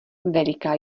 veliká